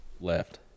left